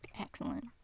excellent